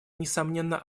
несомненно